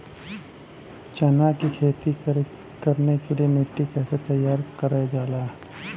चना की खेती कर के लिए मिट्टी कैसे तैयार करें जाला?